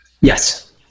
Yes